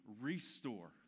restore